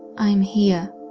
i'm here,